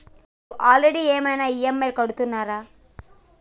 మీరు ఆల్రెడీ ఏమైనా ఈ.ఎమ్.ఐ కడుతున్నారా?